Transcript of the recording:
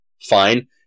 Fine